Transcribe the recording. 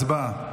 הצבעה.